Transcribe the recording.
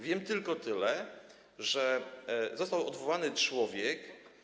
Wiem tylko tyle, że został odwołany człowiek.